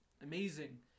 amazing